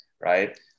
right